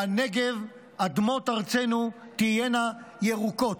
שהנגב, שאדמות ארצנו תהיינה ירוקות.